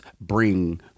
bring